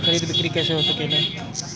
ई नाम पर खरीद बिक्री कैसे हो सकेला?